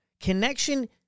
Connection